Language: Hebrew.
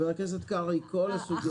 אבל רכז, קרעי, את כל הסוגיות.